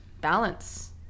balance